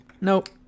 Nope